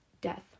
death